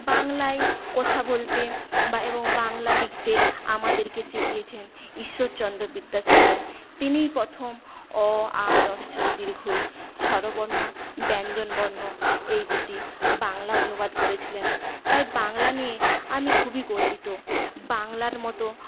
বাংলায় কথা বলতে বা এবং বাংলা লিখতে আমাদেরকে শিখিয়েছেন ঈশ্বরচন্দ্র বিদ্যাসাগর তিনিই প্রথম অ আ ই ঈ স্বরবর্ণ ব্যঞ্জনবর্ণ এই দুটি বাংলা অনুবাদ করেছিলেন তাই বাংলা নিয়ে আমি খুবই গর্বিত বাংলার মতো